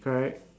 correct